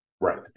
Right